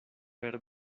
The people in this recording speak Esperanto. per